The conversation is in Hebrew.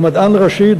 ומדען ראשי,